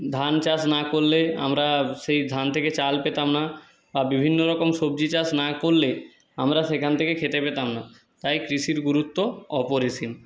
ধান চাষ না করলে আমরা সেই ধান থেকে চাল পেতাম না বা বিভিন্ন রকম সবজি চাষ না করলে আমরা সেখান থেকে খেতে পেতাম না তাই কৃষির গুরুত্ব অপরিসীম